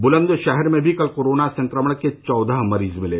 बुलन्दशहर में भी कल कोरोना संक्रमण के चौदह मरीज मिले